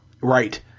Right